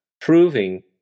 proving